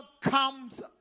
comes